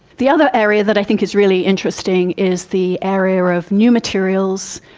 the other area that i think is really interesting is the area of new materials,